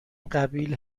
قبیل